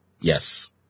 Yes